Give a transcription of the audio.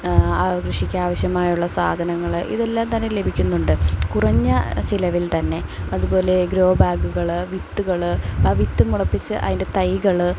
ആ കൃഷിക്ക് ആവശ്യമായുള്ള സാധനങ്ങൾ ഇതെല്ലാം തന്നെ ലഭിക്കുന്നുണ്ട് കുറഞ്ഞ ചിലവിൽ തന്നെ അതുപോലെ ഗ്രോ ബാഗുകൾ വിത്തുകൾ ആ വിത്ത് മുളപ്പിച്ച് അതിൻ്റെ തൈകൾ